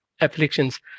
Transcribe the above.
Afflictions